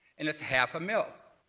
and it's half a mill.